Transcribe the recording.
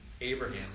Abraham